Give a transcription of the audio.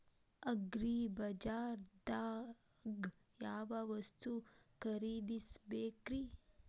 ಅಗ್ರಿಬಜಾರ್ದಾಗ್ ಯಾವ ವಸ್ತು ಖರೇದಿಸಬೇಕ್ರಿ?